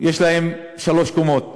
יש להם שלוש קומות מעל.